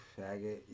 faggot